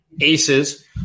aces